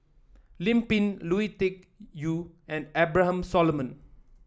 Lim Pin Lui Tuck Yew and Abraham Solomon